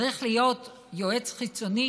צריך להיות יועץ חיצוני,